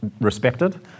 respected